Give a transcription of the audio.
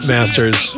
Masters